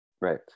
Right